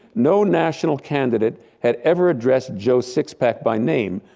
no national candidate had ever addressed joe sixpack by name,